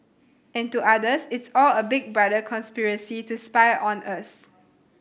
and to others it's all a Big Brother conspiracy to spy on us